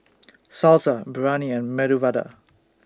Salsa Biryani and Medu Vada